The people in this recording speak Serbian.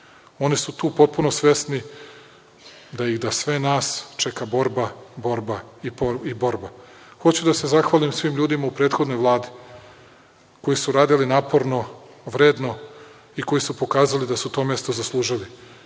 Oni su tu potpuno svesni da ih i da sve nas čeka borba, borba i borba. Hoću da se zahvalim svim ljudima u prethodnoj Vladi, koji su radili naporno, vredno i koji su pokazali da su to mesto zaslužili. Ući